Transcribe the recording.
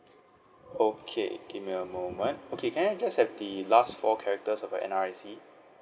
okay give me a moment okay can I just have the last four characters of your N_R_I_C